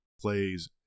plays